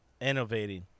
innovating